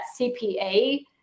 CPA